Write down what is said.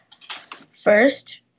first